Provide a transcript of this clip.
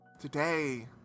Today